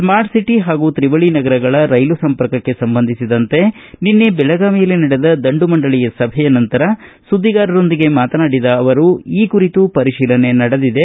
smart city ಹಾಗೂ ತ್ರಿವಳಿ ನಗರಗಳ ರೈಲು ಸಂಪರ್ಕಕ್ಷೆ ಸಂಬಂಧಿಸಿದಂತೆ ನಡೆದ ದಂಡು ಮಂಡಳಿಯ ಸಭೆಯ ನಂತರ ಸುದ್ದಿಗಾರರೊಂಧಿಗೆ ಮಾತನಾಡಿದ ಅವರು ಈ ಕುರಿತು ಪರಿಶೀಲನೆ ನಡೆದಿದೆ